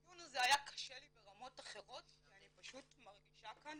הדיון הזה היה קשה לי ברמות אחרות כי אני פשוט מרגישה כאן